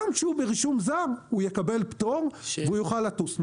גם כשהוא ברישום זר, הוא יקבל פטור ויוכל לטוס.